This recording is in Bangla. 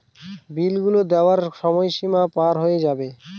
বিল গুলো দেওয়ার সময় সীমা পার হয়ে যাবে